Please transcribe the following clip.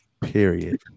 Period